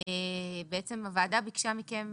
בעצם הוועדה ביקשה מכם